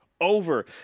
over